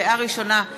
כי